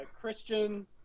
Christian